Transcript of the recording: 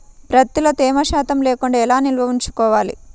ప్రత్తిలో తేమ శాతం లేకుండా ఎలా నిల్వ ఉంచుకోవాలి?